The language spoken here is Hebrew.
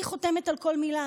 אני חותמת על כל מילה,